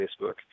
Facebook